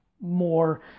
more